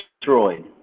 destroyed